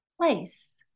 place